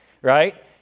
right